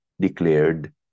declared